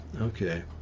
Okay